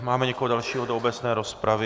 Máme někoho dalšího do obecné rozpravy?